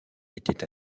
était